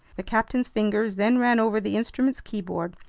the captain's fingers then ran over the instrument's keyboard,